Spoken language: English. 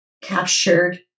captured